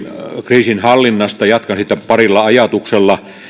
kriisinhallinnasta jatkan siitä parilla ajatuksella